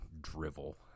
drivel